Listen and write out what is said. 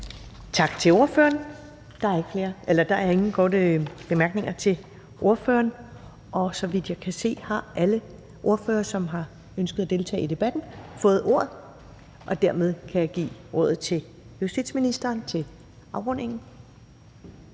Tak til ordføreren. Der er ingen korte bemærkninger til ordføreren. Så vidt jeg kan se, har alle ordførere, som har ønsket at deltage i debatten, fået ordet. Dermed kan jeg give ordet til justitsministeren. Velkommen.